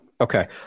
Okay